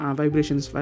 vibrations